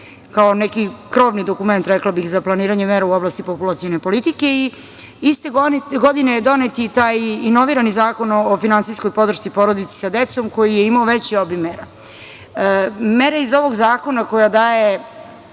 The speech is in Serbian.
kao neki krovni dokument, rekla bih, za kloniranje mera u oblasti populacione politike i iste godine je donet i taj inovirani Zakon o finansijskoj podršci porodici sa decom koji je imao veće obime. Mere iz ovog zakona koja daje